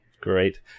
Great